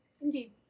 indeed